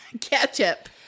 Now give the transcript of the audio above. Ketchup